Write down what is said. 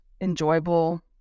enjoyable